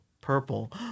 purple